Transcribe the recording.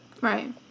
Right